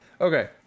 okay